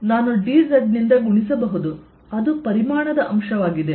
ನಾನು dz ನಿಂದ ಗುಣಿಸಬಹುದು ಅದು ಪರಿಮಾಣದ ಅಂಶವಾಗಿದೆ